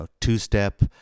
two-step